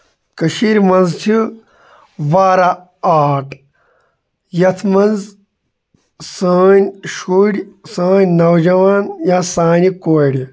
کٔشیٖر منٛز چھِ واراہ آٹ یَتھ منٛز سٲنۍ شُرۍ سٲنۍ نوجوان یا سانہِ کورِ